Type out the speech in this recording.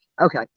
Okay